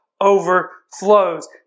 overflows